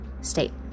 state